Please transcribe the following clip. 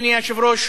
אדוני היושב-ראש,